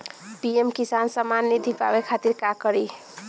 PM Kisan Samman Nidhi पावे खातिर का करी?